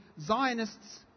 Zionists